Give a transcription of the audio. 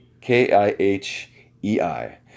K-I-H-E-I